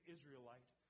Israelite